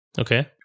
Okay